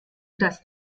das